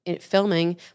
filming